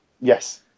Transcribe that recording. Yes